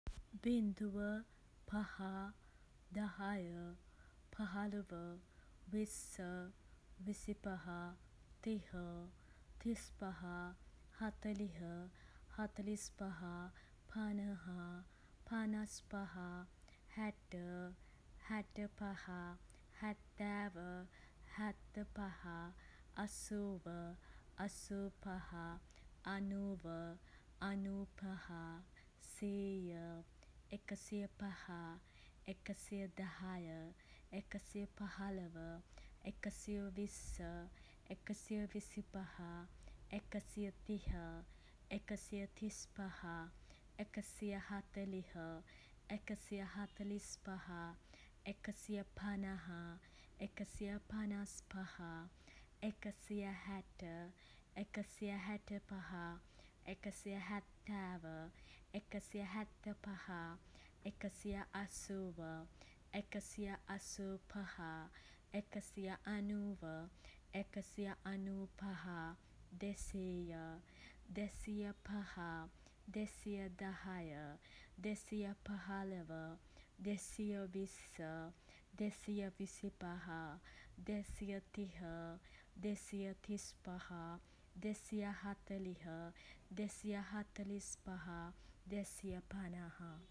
බිංදුව, පහ, දහය, පහළොව, විස්ස, විසිපහ, තිහ, තිස්පහ, හතළිහ, හතළිස්පහ, පනහ, පනස්පහ, හැට, හැටපහ හැත්තෑව, හැත්තපහ, අසූව, අසූපහ, අනූව, අනූපහ, සීය, එකසිය පහ, එකසිය දහය, එකසිය පහළව, එකසිය විස්ස, එකසිය විසිපහ, එකසිය තිහ, එකසිය තිස්පහ, එකසිය හතළිහ, එකසිය හතළිස්පහ, එකසිය පනහ, එකසිය පනස්පහ, එකසිය හැට, එකසිය හැටපහ, එකසිය හැත්තෑව, එකසිය හැත්තපහ, එකසිය අසූව, එකසිය අසූපහ, එකසිය අනූව, එකසිය අනූපහ, දෙසීය, දෙසිය පහ, දෙසිය දහය, දෙසිය පහළව, දෙසිය විස්ස, දෙසිය විසිපහ, දෙසිය තිහ, දෙසිය තිස්පහ, දෙසිය හතළිහ, දෙසිය, හතළිස්පහ, දෙසිය පනහ.